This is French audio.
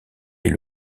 est